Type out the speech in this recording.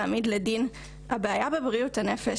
על להעמיד לדין: הבעיה בבריאות הנפש,